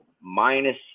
minus